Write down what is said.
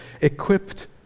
equipped